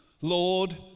Lord